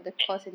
ya